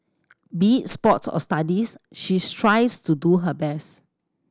be sports or studies she strives to do her best